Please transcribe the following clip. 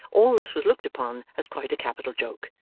all this was looked upon as quite a capital joke,